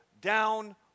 down